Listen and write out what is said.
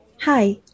Hi